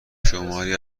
شماری